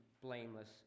blameless